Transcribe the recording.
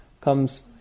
comes